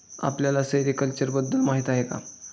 आपल्याला सेरीकल्चर बद्दल माहीती आहे का?